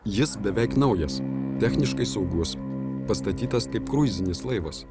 jis beveik naujas techniškai saugus pastatytas kaip kruizinis laivas